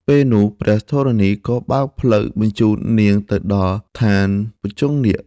ពេលនោះ ព្រះធរណីក៏បើកផ្លូវបញ្ជូននាងទៅដល់ឋានភុជង្គនាគ។